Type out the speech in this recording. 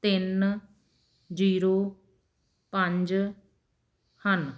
ਤਿੰਨ ਜੀਰੋ ਪੰਜ ਹਨ